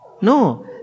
No